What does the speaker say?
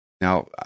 Now